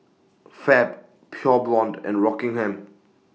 Fab Pure Blonde and Rockingham